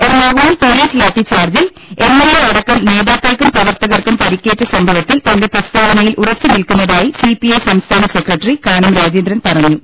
Ernakulam police ലാത്തിച്ചാർജിൽ M L A അടക്കം നേതാക്കൾക്കും പ്രവർത്തകർക്കും പരിക്കേറ്റ സംഭവ ത്തിൽ തന്റെ പ്രസ്താവനയിൽ ഉറച്ച് നിൽക്കുന്നതായി സിപിഐ സംസ്ഥാന ്സെക്രട്ടറി കാനം രാജേന്ദ്രൻ പറഞ്ഞു